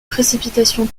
précipitations